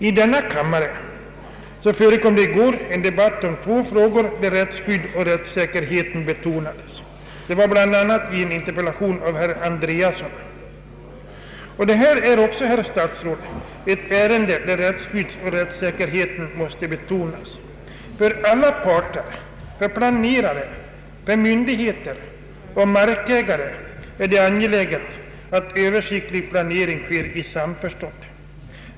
I denna kammare förekom i går debatter om två frågor, där rättsskydd och rättssäkerhet betonades. Det skedde bland annat i en interpellation av herr Andreasson. Detta är också, herr statsråd, ett ärende, där rättsskyddet och rättssäkerheten måste betonas. För alla parter — för planerare, myndigheter och markägare är det angeläget att en översiktlig planering sker i samförstånd.